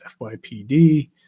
FYPD